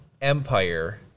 Empire